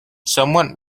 somewhat